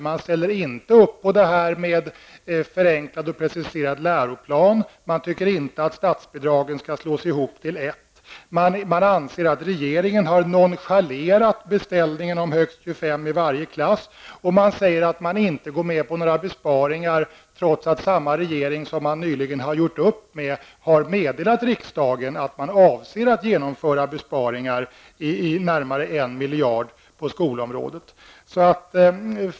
Man ställer inte upp på frågan om preciserad och förenklad läroplan, man tycker inte att statsbidragen skall slås ihop till ett, man anser att regeringen har nonchalerat beställningen om högst 25 i varje klass och man säger att man inte går med på några besparingar, trots att samma regering som man nyligen har gjort upp med har meddelat riksdagen att den avser att genomföra besparingar med närmare 1 miljard på skolområdet.